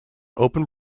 open